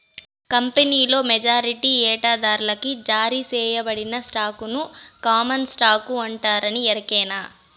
కంపినీలోని మెజారిటీ వాటాదార్లకి జారీ సేయబడిన స్టాకుని కామన్ స్టాకు అంటారని ఎరకనా